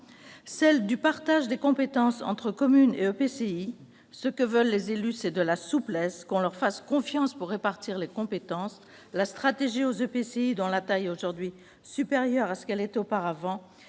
celle du partage des compétences entre communes et EPCI. Ce que veulent les élus, c'est de la souplesse. Ils souhaitent qu'on leur fasse confiance pour répartir les compétences : la stratégie aux EPCI, dont la taille est aujourd'hui supérieure à ce qu'elle était auparavant,